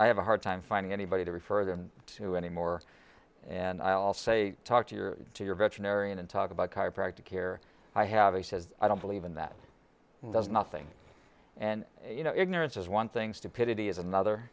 i have a hard time finding anybody to refer them to anymore and i'll say talk to your to your veterinarian and talk about chiropractic care i have a says i don't believe in that and does nothing and you know ignorance is one thing stupidity is another